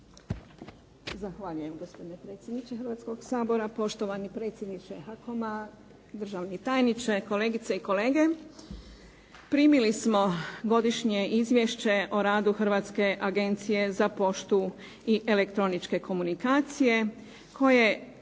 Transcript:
Hrvatske agencije za poštu i elektroničke komunikacije koje